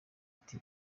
ati